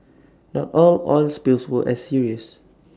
not all oil spills were as serious